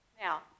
Now